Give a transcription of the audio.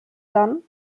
dann